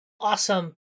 Awesome